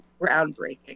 groundbreaking